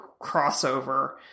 crossover